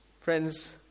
Friends